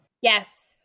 Yes